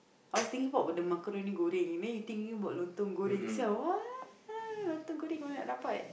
I was thinking about the macaroni goreng then you are thinking about lontong goreng ah lontong goreng mana nak dapat